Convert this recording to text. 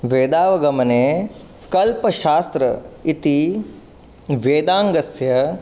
वेदावगमने कल्पशास्त्रम् इति वेदाङ्गस्य